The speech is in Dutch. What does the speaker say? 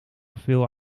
veel